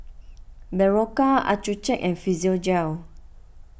Berocca Accucheck and Physiogel